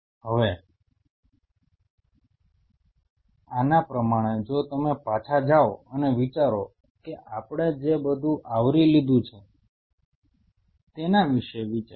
અને હવે આના પ્રમાણે જો તમે પાછા જાવ અને વિચારો કે આપણે જે બધું આવરી લીધું છે તેના વિશે વિચારો